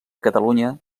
catalunya